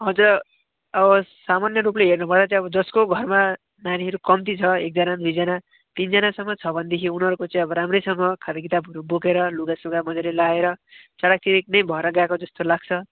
हजुर अब सामान्य रूपले हेर्नुभयो चाहिँ अब जसको घरमा नानीहरू कम्ती छ एकजना दुईजना तिनजनासम्म छ भनेदेखि चाहिँ अब उनीहरूको चाहिँ अब राम्रैसँग खाताकिताबहरू बोकेर लुगासुगा मजाले लगाएर चट्याकचिटिक नै भएर गएको जस्तो लाग्छ